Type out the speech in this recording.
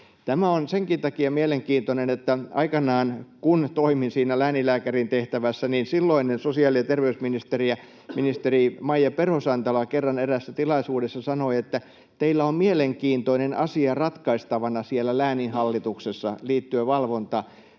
Tämä on senkin takia mielenkiintoista, että aikanaan, kun toimin siinä lääninlääkärin tehtävässä, niin silloinen sosiaali- ja terveysministeri Maija Perho-Santala sanoi kerran eräässä tilaisuudessa, että teillä on mielenkiintoinen asia ratkaistavana siellä lääninhallituksessa liittyen valvontaan.